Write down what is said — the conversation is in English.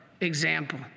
example